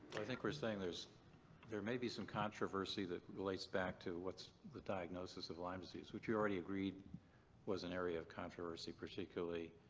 i think we're saying that there may be some controversy that relates back to what's the diagnosis of lyme disease which we already agreed was an area of controversy, particularly